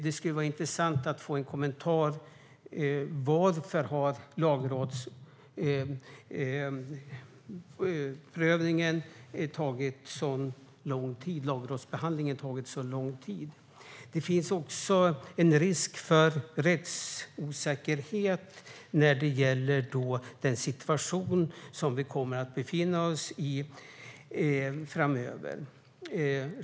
Det skulle vara intressant att få en kommentar om varför lagrådsbehandlingen har tagit så lång tid. Det finns också en risk för rättsosäkerhet när det gäller den situation vi kommer att befinna oss i framöver.